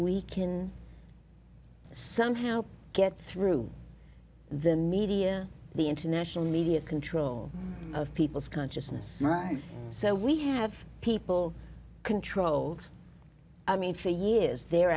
we can somehow get through the media the international media control of people's consciousness so we have people controlled i mean for years they're